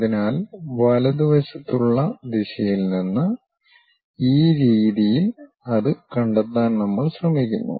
അതിനാൽ വലതുവശത്തുള്ള ദിശയിൽ നിന്ന് ഈ രീതിയിൽ അത് കണ്ടെത്താൻ നമ്മൾ ശ്രമിക്കുന്നു